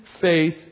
faith